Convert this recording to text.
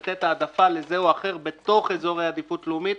לתת העדפה לזה או אחר בתוך איזורי עדיפות לאומית,